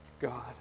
God